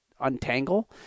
untangle